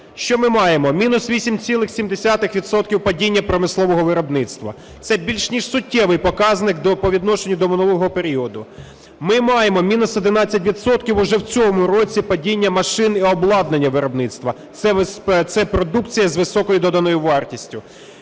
Що ми маємо? Мінус 8,7 відсотка падіння промислового виробництва. Це більш ніж суттєвий показник по відношенню до минулого періоду. Ми маємо мінус 11 відсотків уже в цьому році падіння машин і обладнання виробництва, це продукція з високою доданої вартістю.